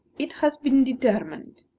it has been determined,